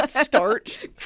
starched